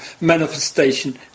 manifestation